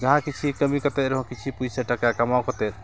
ᱡᱟᱦᱟᱸ ᱠᱤᱪᱷᱩ ᱠᱟᱹᱢᱤ ᱠᱟᱛᱮᱫ ᱨᱮᱦᱚᱸ ᱠᱤᱪᱷᱩ ᱯᱚᱭᱥᱟᱹ ᱴᱟᱠᱟ ᱠᱟᱢᱟᱣ ᱠᱟᱛᱮᱫ